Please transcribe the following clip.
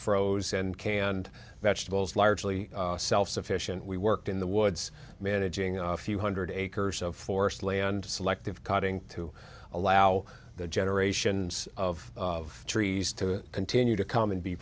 froze and canned vegetables largely self sufficient we worked in the woods managing a few hundred acres of forest land selective cutting to allow the generations of trees to continue to come and be